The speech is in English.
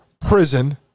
prison